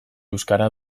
euskara